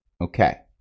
Okay